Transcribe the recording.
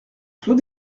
clos